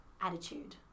attitude